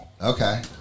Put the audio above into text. Okay